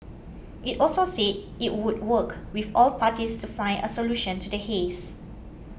it also said it would work with all parties to find a solution to the haze